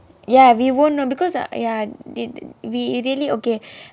ya we won't know because err ya I did we already okay